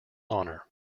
honour